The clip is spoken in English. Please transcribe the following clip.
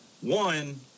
one